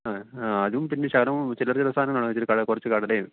അ അതും പിന്നെ ശകലം ചില്ലറ ചില്ലറ സാധനങ്ങളും ഇച്ചിരി കുറച്ച് കടലയും